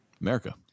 America